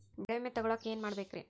ಬೆಳೆ ವಿಮೆ ತಗೊಳಾಕ ಏನ್ ಮಾಡಬೇಕ್ರೇ?